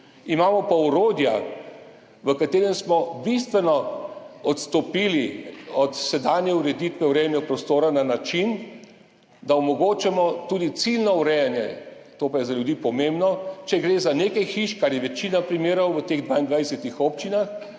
Imamo pa orodja, v katerih smo bistveno odstopili od sedanje ureditve urejanja prostora na način, da omogočamo tudi ciljno urejanje, to pa je za ljudi pomembno, če gre za nekaj hiš, kar je večina primerov v teh 22 občinah,